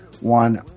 one